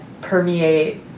permeate